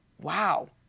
wow